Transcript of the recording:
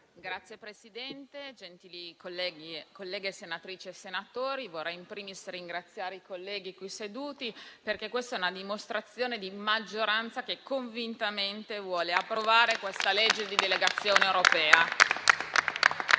Presidente, gentili colleghe senatrici e colleghi senatori, vorrei *in primis* ringraziare i colleghi qui seduti, perché questa è una dimostrazione di maggioranza che convintamente vuole approvare questo disegno di legge di delegazione europea.